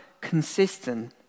consistent